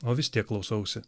o vis tiek klausausi